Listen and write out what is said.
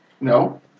No